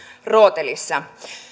rootelissa